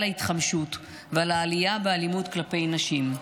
ההתחמשות ועל העלייה באלימות כלפי נשים.